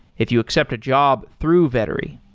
if you accept a job through vettery.